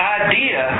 idea